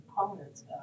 components